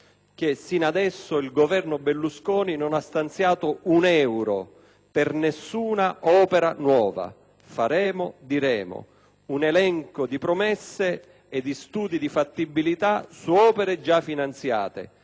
che sino adesso il Governo Berlusconi non ha stanziato un euro per alcuna opera nuova: "faremo", "diremo", un elenco di promesse e di studi di fattibilità su opere già finanziate.